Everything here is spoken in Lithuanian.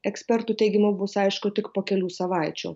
ekspertų teigimu bus aišku tik po kelių savaičių